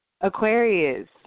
Aquarius